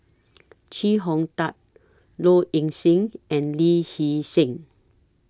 Chee Hong Tat Low Ing Sing and Lee Hee Seng